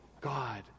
God